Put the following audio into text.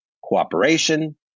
cooperation